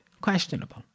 Questionable